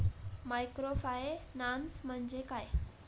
Microfinance म्हणजे काय?